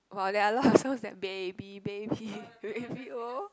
!wow! they are laugh sounds like baby baby baby oh